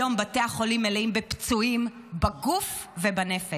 היום בתי החולים מלאים בפצועים בגוף ובנפש,